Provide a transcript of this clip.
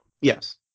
Yes